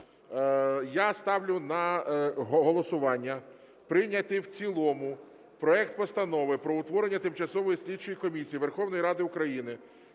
Я ставлю на голосування прийняти в цілому проект Постанови про утворення Тимчасової слідчої комісії Верховної Ради України